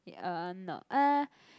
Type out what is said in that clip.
uh no uh